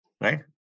Right